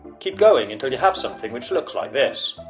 keep going untill you have something which looks like this.